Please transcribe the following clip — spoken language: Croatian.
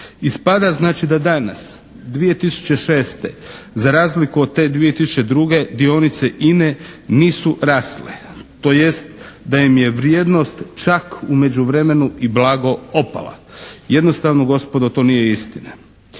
Ispada znači da danas 2006. za razliku od te 2002. dionice INA-e nisu rasle, tj., da im je vrijednost čak u međuvremenu i blago opala. Jednostavno, gospodo, to nije istina.